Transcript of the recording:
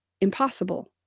impossible